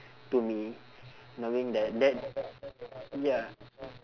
to me knowing that that ya